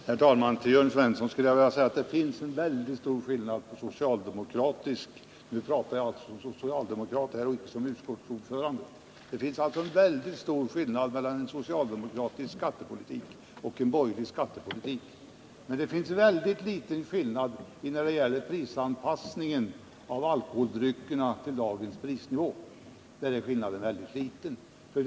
Herr talman! Till Jörn Svensson skulle jag vilja säga — och nu talar jag som socialdemokrat och inte som utskottsordförande — att det är en väldigt stor skillnad mellan socialdemokratisk skattepolitik och borgerlig skattepolitik. Men skillnaden är mycket liten när det gäller uppfattningen att priserna på alkoholdrycker bör anpassas till dagens allmänna prisnivå.